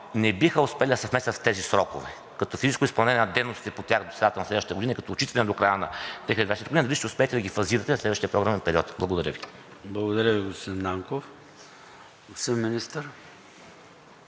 не биха успели да се вместят в тези срокове като физическо изпълнение на дейностите по тях до средата на следващата година и като отчитане до края на 2023 г., дали ще успеете да ги фазирате за следващия програмен период. Благодаря Ви. ПРЕДСЕДАТЕЛ ЙОРДАН ЦОНЕВ: Благодаря Ви, господин Нанков. Господин Министър,